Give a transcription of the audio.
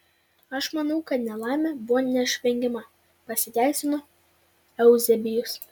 aš manau kad nelaimė buvo neišvengiama pasiteisino euzebijus